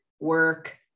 work